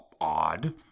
odd